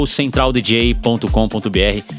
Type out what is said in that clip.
centraldj.com.br